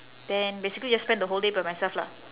then basically just spend the whole day by myself lah